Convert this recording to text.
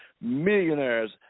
millionaires